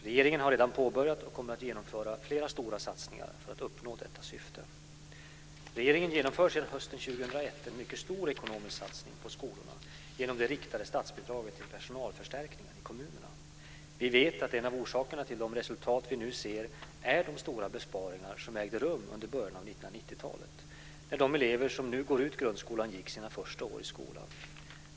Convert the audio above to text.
Regeringen har redan påbörjat och kommer att genomföra flera stora satsningar för att uppnå detta syfte. Regeringen genomför sedan hösten 2001 en mycket stor ekonomisk satsning på skolorna genom de riktade statsbidragen till personalförstärkningar i kommunerna. Vi vet att en av orsakerna till de resultat vi nu ser är de stora besparingar som ägde rum under början av 1990-talet, när de elever som nu går ut grundskolan gick sina första år i skolan.